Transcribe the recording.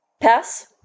Pass